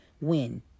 win